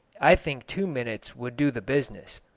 i think two minutes would do the business.